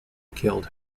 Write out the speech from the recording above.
killed